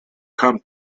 come